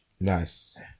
Nice